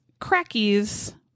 crackies